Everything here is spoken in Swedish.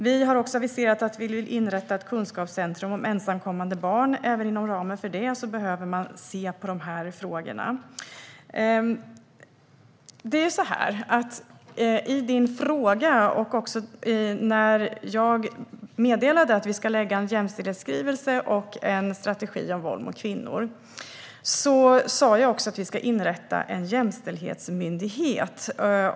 Vi har också aviserat att vi vill inrätta ett kunskapscentrum om ensamkommande barn. Även inom ramen för det behöver man se på de här frågorna. När jag meddelade att vi ska lägga fram en jämställdhetsskrivelse och en strategi om våld mot kvinnor sa jag också att vi ska inrätta en jämställdhetsmyndighet.